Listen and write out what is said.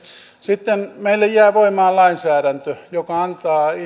sitten meille jää voimaan lainsäädäntö joka antaa